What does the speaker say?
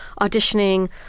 auditioning